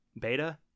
Beta